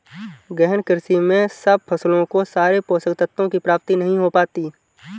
गहन कृषि में सब फसलों को सारे पोषक तत्वों की प्राप्ति नहीं हो पाती